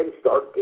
start